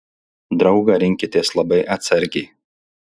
draugą rinkitės labai atsargiai